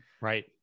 Right